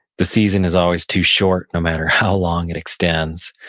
the season is always too short, no matter how long it extends.